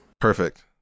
Perfect